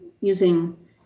using